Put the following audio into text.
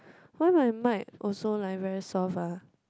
why my mic also like very soft ah